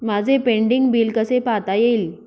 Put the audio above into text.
माझे pending bill कसे पाहता येईल?